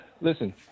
listen